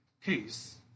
case